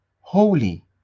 holy